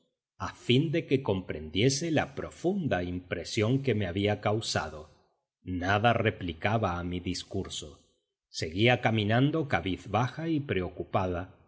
a fin de que comprendiese la profunda impresión que me había causado nada replicaba a mi discurso seguía caminando cabizbaja y preocupada